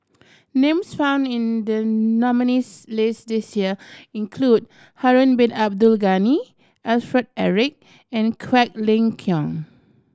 names found in the nominees' list this year include Harun Bin Abdul Ghani Alfred Eric and Quek Ling Kiong